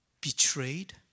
betrayed